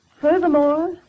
Furthermore